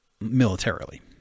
militarily